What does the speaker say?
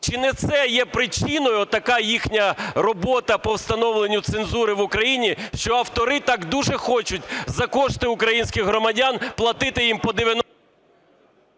Чи не це є причиною, така їхня робота по встановленню цензури в Україні, що автори так дуже хочуть за кошти українських громадян платити їм по…